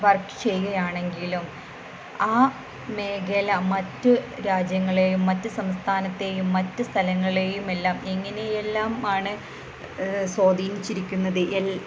work ചെയ്യുകയാണെങ്കിലും ആ മേഖല മറ്റു രാജ്യങ്ങളേയും മറ്റു സംസ്ഥാനത്തേയും മറ്റു സ്ഥലങ്ങളേയുമെല്ലാം എങ്ങനെയെല്ലാമാണ് സ്വാധീനിച്ചിരിക്കുന്നത്